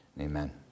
Amen